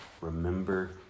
Remember